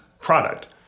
product